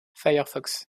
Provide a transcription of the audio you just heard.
firefox